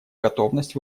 готовность